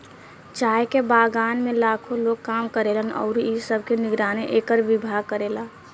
चाय के बगान में लाखो लोग काम करेलन अउरी इ सब के निगरानी एकर विभाग करेला